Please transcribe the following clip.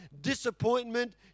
disappointment